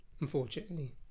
Unfortunately